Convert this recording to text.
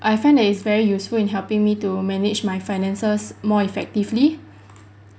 I find that it's very useful in helping me to manage my finances more effectively